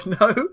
No